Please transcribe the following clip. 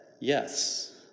yes